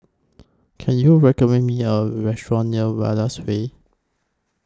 Can YOU recommend Me A Restaurant near Wallace Way